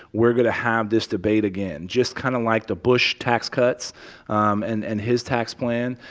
we're going to have this debate again just kind of like the bush tax cuts um and and his tax plan.